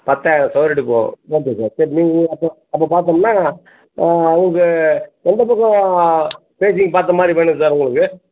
பத்தாயிரம் சதுரடிப் போகும் ஓகே சார் சரி நீங்கள் அப்புறம் அப்போ பார்த்தோம்னா உங்களுக்கு எந்தப் பக்கம் பேஸிங் பார்த்த மாதிரி வேணும் சார் உங்களுக்கு